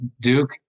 Duke